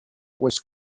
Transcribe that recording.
was